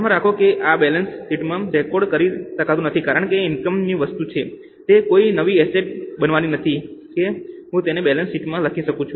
ધ્યાનમાં રાખો કે આ બેલેન્સ શીટમાં રેકોર્ડ કરી શકાતું નથી કારણ કે તે પણ ઇનકમ ની વસ્તુ છે તે કોઈ નવી એસેટ બનાવતી નથી કે હું તેને બેલેન્સ શીટમાં લખી શકું